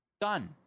Done